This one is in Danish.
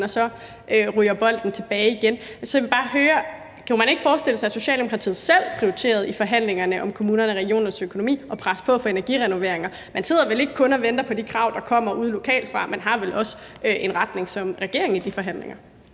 og så ryger bolden tilbage igen. Så jeg vil bare høre: Kunne man ikke forestille sig, at Socialdemokratiet i forhandlingerne om kommunernes og regionernes økonomi selv prioriterede at presse på for energirenoveringer? Man sidder vel ikke kun og venter på de krav, der kommer lokalt derudefra, men man har vel også som regering en retning i de forhandlinger.